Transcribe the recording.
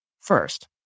first